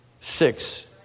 six